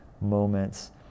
moments